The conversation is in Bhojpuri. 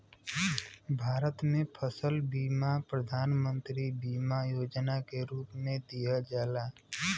भारत में फसल बीमा प्रधान मंत्री बीमा योजना के रूप में दिहल जाला